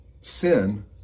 sin